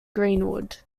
greenwood